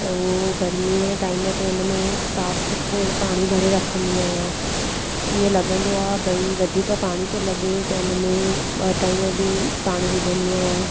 त उहो गर्मीअ जे टाइम ते हुनमें साफ़ सुथरो पाणी भरे रखंदी आहियां हीअं लॻंदो आहे भई वधीक पाणी थो लॻे त हुनमें ॿ टाइम बि पाणी विझंदी आहियां